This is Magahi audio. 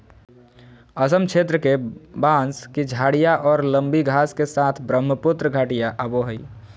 असम क्षेत्र के, बांस की झाडियाँ और लंबी घास के साथ ब्रहमपुत्र घाटियाँ आवो हइ